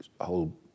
whole